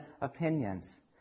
opinions